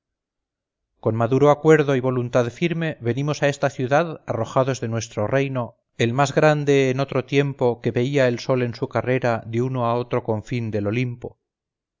con maduro acuerdo y voluntad firme venimos a esta ciudad arrojados de nuestro reino el más grande en otro tiempo que veía el sol en su carrera de uno a otro confín del olimpo